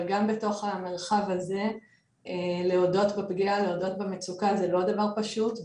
אבל גם בתוך המרחב הזה להודות בפגיעה ולהודות במצוקה זה לא דבר פשוט.